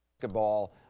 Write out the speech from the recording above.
basketball